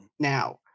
Now